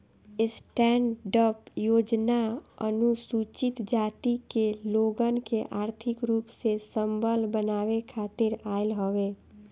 stand up योजना अनुसूचित जाति के लोगन के आर्थिक रूप से संबल बनावे खातिर आईल हवे